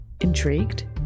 Intrigued